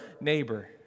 neighbor